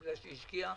שהיא השקיעה